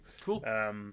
Cool